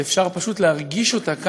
שאפשר פשוט להרגיש אותה כאן,